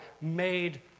made